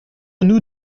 nous